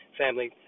family